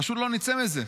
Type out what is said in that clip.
פשוט לא נצא מזה.